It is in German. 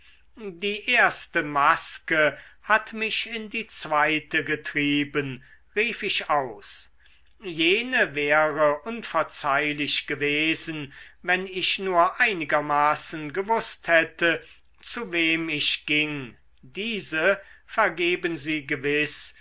die erste maske hat mich in die zweite getrieben rief ich aus jene wäre unverzeihlich gewesen wenn ich nur einigermaßen gewußt hätte zu wem ich ging diese vergeben sie gewiß